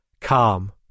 Calm